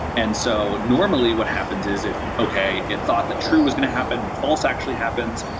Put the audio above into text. and so normally what happens is if, okay, if thought that true is going to happen, but false actually happens.